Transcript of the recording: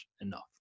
enough